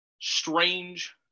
Strange